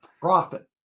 Profit